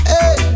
Hey